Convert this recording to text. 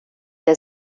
der